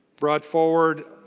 brought forward